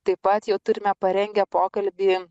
taip pat jau turime parengę pokalbį